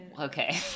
Okay